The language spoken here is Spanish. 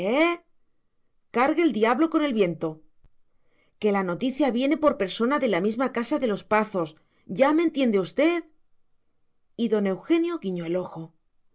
cargue el diablo con el viento que la noticia viene por persona de la misma casa de los pazos ya me entiende usted y don eugenio guiñó el ojo